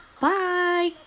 bye